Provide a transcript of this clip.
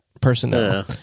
personnel